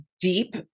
deep